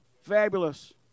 fabulous